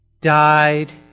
died